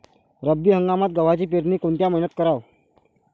रब्बी हंगामात गव्हाची पेरनी कोनत्या मईन्यात कराव?